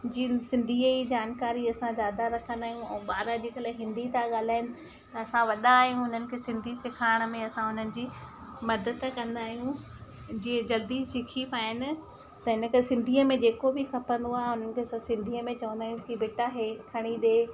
जी सिंधीअ जी जानकारी असां ज्यादा रखंदा आहियूं ऐं ॿार अॼकल्ह हिंदी था ॻाल्हाइनि त असां वॾा आहियूं हिननि खे सिंधी सेखारण में असां हुनन जी मदद कंदा आयूं जीअं जल्दी सिखी पाइन त इन करे सिंधीअ में जेको बि खपंदो आहे उन्हनि खे असां सिंधीअ में चवंदा आहियूं की बेटा हीअ खणी ॾिए